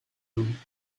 doen